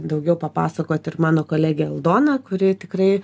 daugiau papasakoti ir mano kolegė aldona kuri tikrai